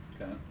Okay